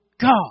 God